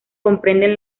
comprenden